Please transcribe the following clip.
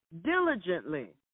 diligently